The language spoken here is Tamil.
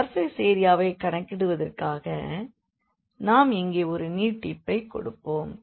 சர்ஃபேஸ் ஏரியாவை கணக்கிடுவதற்காக நாம் இங்கே ஒரு நீட்டிப்பை கொடுப்போம்